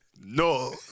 no